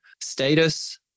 status